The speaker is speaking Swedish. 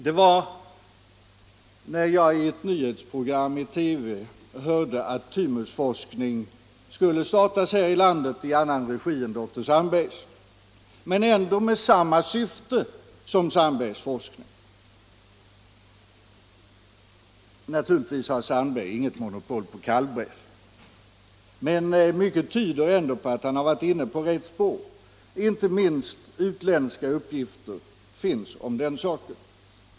Det var när jag i ett nyhetsprogram i TV hörde att thymusforskning i annan regi än doktor Sandbergs skulle starta här i landet; visserligen med en annan utgångspunkt men ändå med samma syfte som Sandbergs forskning. Naturligtvis har Sandberg inget monopol på kalvbräss, men mycket tyder på att han ändå varit inne på rätt spår. Inte minst utländska uppgifter finns om den saken.